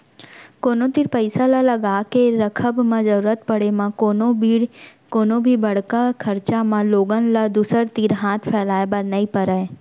कोनो तीर पइसा ल लगाके रखब म जरुरत पड़े म कोनो भी बड़का खरचा म लोगन ल दूसर तीर हाथ फैलाए बर नइ परय